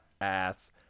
ass